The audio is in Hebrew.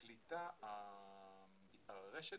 הקליטה, הרשת